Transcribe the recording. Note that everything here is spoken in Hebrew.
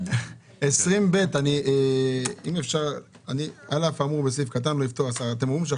(4)לבחון את